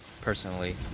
personally